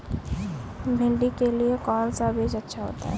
भिंडी के लिए कौन सा बीज अच्छा होता है?